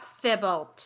Thibault